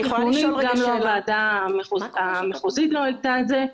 גם הוועדה המחוזית לא העלתה את זה.